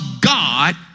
God